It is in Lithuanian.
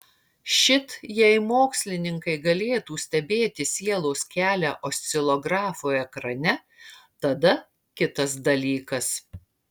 šit jei mokslininkai galėtų stebėti sielos kelią oscilografo ekrane tada kitas dalykas